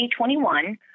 2021